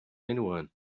anyone